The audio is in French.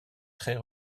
très